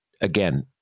again